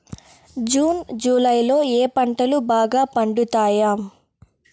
June July లో ఏ పంటలు బాగా పండుతాయా?